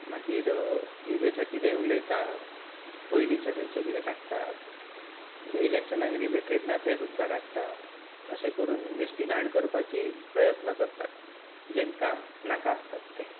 मागीर कित्याचें कितेंय उलयतात पयलींचें खंयचें कितें काडटात जें इलॅक्शनाक रिलेटेड ना तें सुद्दा काडटात अशें करून बेश्टी घाण करपाची प्रयत्न करतात जेंकां नाका आसतात ते